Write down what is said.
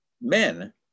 men